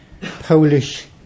Polish